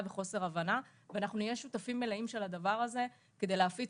וחוסר הבנה ואנחנו נהיה שותפים מלאים של הדבר הזה כדי להפיץ